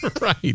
Right